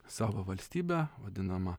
savo valstybę vadinamą